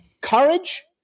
courage